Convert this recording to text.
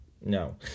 No